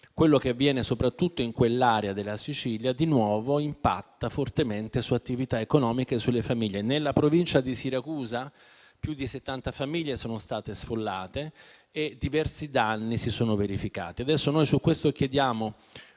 ciò che avviene soprattutto in quell'area della Sicilia impatta di nuovo fortemente sulle attività economiche e sulle famiglie. Nella Provincia di Siracusa più di 70 famiglie sono state sfollate e diversi danni si sono verificati.